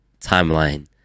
timeline